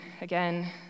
Again